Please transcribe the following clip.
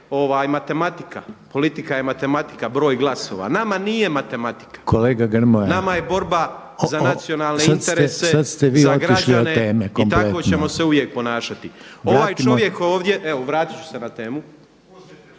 to je matematika, politika je matematika, broj glasova. Nama nije matematika, nama je borba za nacionalne interese za građane i tako ćemo se uvijek ponašati. **Reiner, Željko